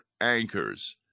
anchors